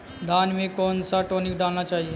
धान में कौन सा टॉनिक डालना चाहिए?